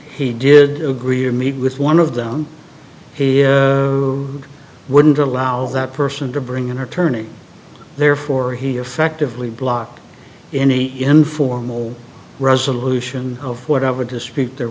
he did agree to meet with one of them he wouldn't allow that person to bring in her turning therefore he effectively blocked any informal resolution of whatever district there